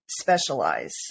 specialize